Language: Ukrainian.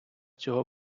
цього